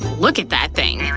look at that thing!